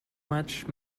much